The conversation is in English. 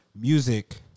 music